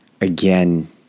again